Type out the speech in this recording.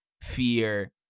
fear